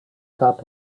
cap